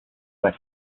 but